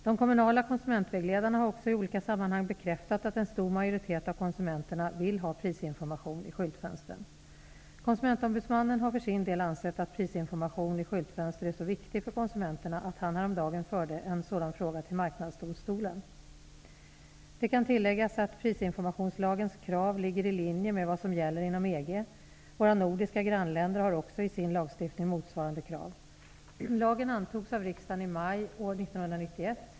De kommunala konsumentvägledarna har också i olika sammanhang bekräftat att en stor majoritet av konsumenterna vill ha prisinformation i skyltfönstren. Konsumentombudsmannen har för sin del ansett att prisinformation i skyltfönster är så viktig för konsumenterna att han häromdagen förde en sådan fråga till Marknadsdomstolen. Det kan tilläggas att prisinformationslagens krav ligger i linje med vad som gäller inom EG. Våra nordiska grannländer har också i sin lagstiftning motsvarande krav. Lagen antogs av riksdagen i maj år 1991.